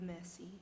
mercy